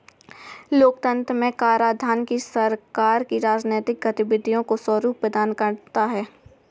लोकतंत्र में कराधान ही सरकार की राजनीतिक गतिविधियों को स्वरूप प्रदान करता है